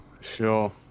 Sure